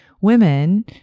women